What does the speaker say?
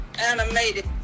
animated